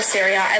Syria